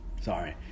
Sorry